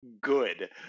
good